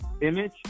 image